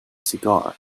cigar